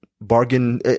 bargain